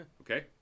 Okay